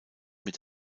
mit